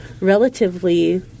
relatively